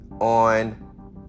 on